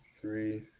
three